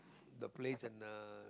the place and uh